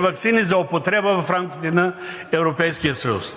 ваксини за употреба в рамките на Европейския съюз.